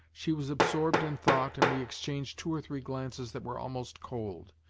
she was absorbed in thought and we exchanged two or three glances that were almost cold.